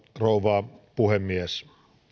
rouva puhemies